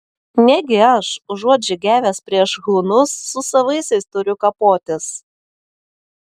negi aš užuot žygiavęs prieš hunus su savaisiais turiu kapotis